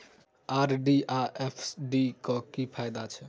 RD आ FD क की फायदा छै?